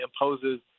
imposes